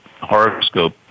horoscope